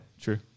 true